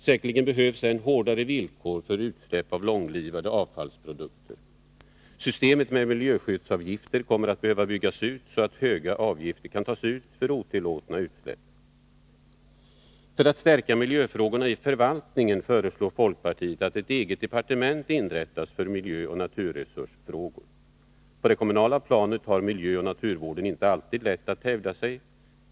Säkerligen behövs än hårdare villkor för utsläpp av långlivade avfallsprodukter. Systemet med miljöskyddsavgifter kommer att behöva byggas ut så att höga avgifter kan tas ut för otillåtna utsläpp. För att stärka miljöfrågorna i förvaltningen föreslår folkpartiet att ett eget departement inrättas för miljöoch naturresursfrågor. På det kommunala planet har miljöoch naturvården inte alltid lätt att hävda sig.